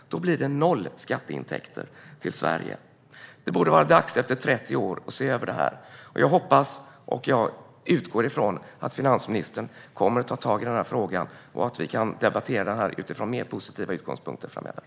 Då blir det noll skatteintäkter till Sverige. Efter 30 år borde det vara dags att se över det här. Jag hoppas och utgår från att finansministern kommer att ta tag i den här frågan och att vi kan debattera den utifrån mer positiva utgångspunkter framöver.